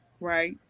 right